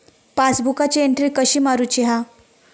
पासबुकाची एन्ट्री कशी मारुची हा?